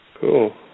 Cool